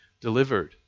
delivered